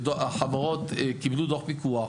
החברות קיבלו דוח פיקוח.